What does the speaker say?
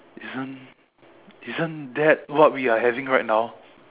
isn't isn't that what we are having right now